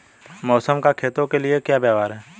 मौसम का खेतों के लिये क्या व्यवहार है?